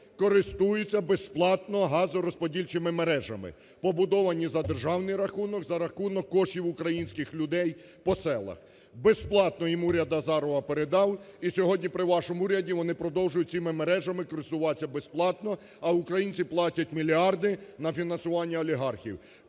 користуються безплатно газорозподільчими мережами, побудовані за державний рахунок, за рахунок коштів українських людей по селах. Безплатно їм уряд Азарова передав, і сьогодні при вашому уряді вони продовжують цими мережами користуватися безплатно, а українці платять мільярди на фінансування олігархів.